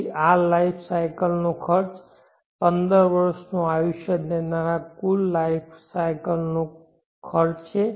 તેથી આ life cycle નો ખર્ચ પંદર વર્ષનો આયુષ્ય લેનારા કુલ લાઈફ સાયકલ નો ખર્ચ છે